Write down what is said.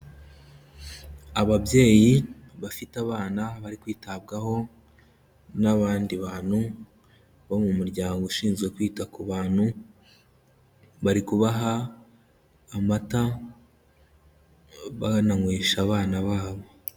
Ababyeyi bafite abana bari kwitabwaho n'abandi bantu bo mu muryango ushinzwe kwita ku bantu, bari kubaha amata bananywesha abana babo.